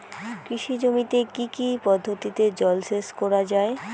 কৃষি জমিতে কি কি পদ্ধতিতে জলসেচ করা য়ায়?